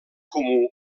comú